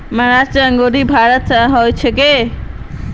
महाराष्ट्र अंगूरेर खेती भारतत सब स बेसी हछेक